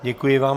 Děkuji vám.